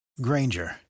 Granger